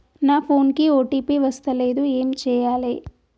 నా ఫోన్ కి ఓ.టీ.పి వస్తలేదు ఏం చేయాలే?